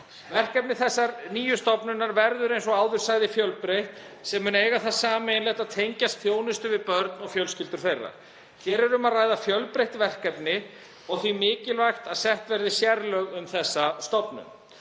Verkefni þessarar nýju stofnunar verða, eins og áður sagði, fjölbreytt og þau munu eiga það sameiginlegt að tengjast þjónustu við börn og fjölskyldur þeirra. Hér er um að ræða fjölbreytt verkefni og því mikilvægt að sett verði sérlög um þessa stofnun.